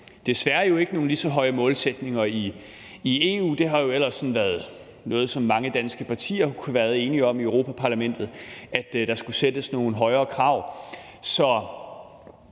desværre ikke lige så høje målsætninger i EU; det har jo ellers været noget, som mange danske partier har kunnet været enige om i Europa-Parlamentet, altså at der skulle sættes nogle højere krav.